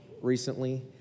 recently